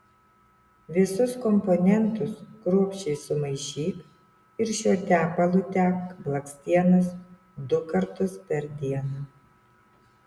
visus komponentus kruopščiai sumaišyk ir šiuo tepalu tepk blakstienas du kartus per dieną